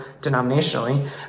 denominationally